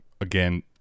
again